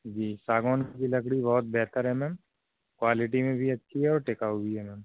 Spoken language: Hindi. जी सागवन की लकड़ी बहुत बेहतर है मैम क्वालेटी में भी अच्छी है और टिकाऊ भी है मैम